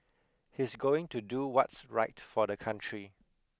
he's going to do what's right for the country